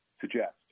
suggest